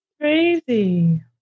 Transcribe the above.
Crazy